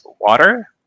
water